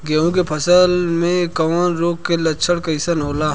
गेहूं के फसल में कवक रोग के लक्षण कइसन होला?